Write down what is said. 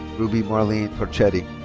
ruby marlene turchetti.